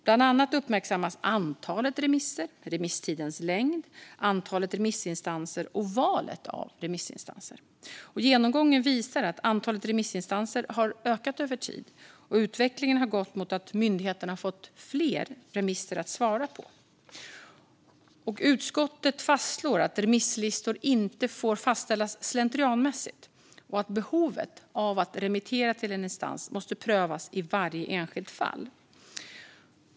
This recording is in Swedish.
Bland annat uppmärksammas antalet remisser, remisstidens längd, antalet remissinstanser och valet av remissinstanser. Genomgången visar att antalet remissinstanser har ökat över tid och att utvecklingen har gått mot att myndigheterna fått fler remisser att svara på. Utskottet fastslår att remisslistor inte får fastställas slentrianmässigt och att behovet av att remittera till en instans måste prövas i varje enskilt fall.